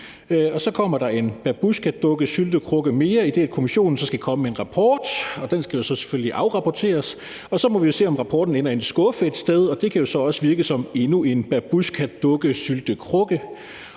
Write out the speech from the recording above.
så kommer der en babusjkadukkesyltekrukke mere, idet kommissionen skal komme med en rapport, og den skal jo selvfølgelig afrapporteres, og så må vi se, om rapporten ender i en skuffe et sted, og det kan jo så også virke som endnu en babusjkadukkesyltekrukke.